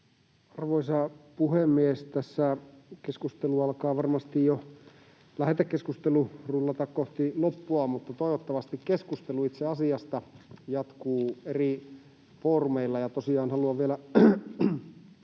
Arvoisa puhemies! Tässä lähetekeskustelu alkaa varmasti jo rullata kohti loppua, mutta toivottavasti keskustelu itse asiasta jatkuu eri foorumeilla.